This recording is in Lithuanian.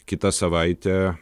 kitą savaitę